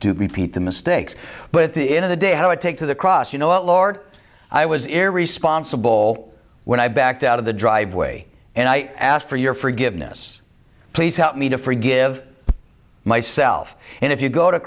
do repeat the mistakes but at the end of the day how do i take to the cross you know a lord i was a responsible when i backed out of the driveway and i asked for your forgiveness please help me to forgive myself and if you go to